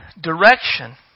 direction